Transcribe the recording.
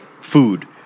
food